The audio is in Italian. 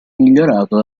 migliorato